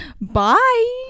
Bye